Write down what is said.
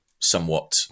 somewhat